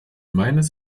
meines